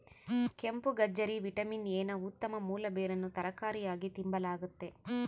ಕೆಂಪುಗಜ್ಜರಿ vitamin A ನ ಉತ್ತಮ ಮೂಲ ಬೇರನ್ನು ತರಕಾರಿಯಾಗಿ ತಿಂಬಲಾಗ್ತತೆ